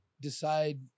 decide